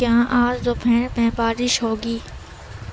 کیا آج دوپہر میں بارش ہوگی